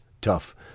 tough